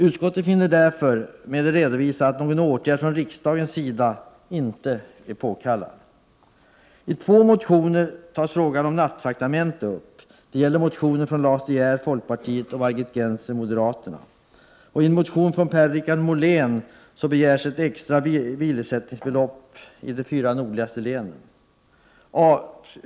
Utskottet finner därför — med det redovisade — att någon åtgärd från riksdagen inte är påkallad.